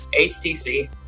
HTC